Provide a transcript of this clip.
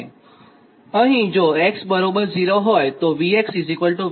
અહીં જો x0 હોય તો V VR થાય